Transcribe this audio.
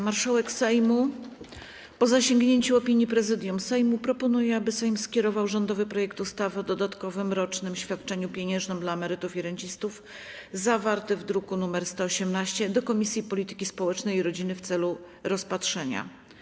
Marszałek Sejmu, po zasięgnięciu opinii Prezydium Sejmu, proponuje, aby Sejm skierował rządowy projekt ustawy o dodatkowym rocznym świadczeniu pieniężnym dla emerytów i rencistów, zawarty w druku nr 118, do Komisji Polityki Społecznej i Rodziny w celu rozpatrzenia.